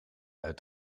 uit